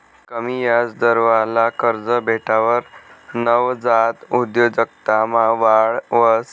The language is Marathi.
कमी याजदरवाला कर्ज भेटावर नवजात उद्योजकतामा वाढ व्हस